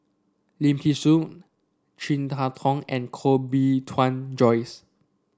Lim Thean Soo Chin Harn Tong and Koh Bee Tuan Joyce